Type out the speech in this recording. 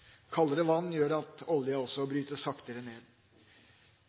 Kaldere vann gjør også at oljen brytes saktere ned.